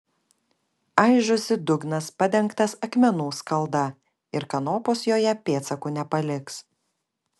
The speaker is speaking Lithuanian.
aižosi dugnas padengtas akmenų skalda ir kanopos joje pėdsakų nepaliks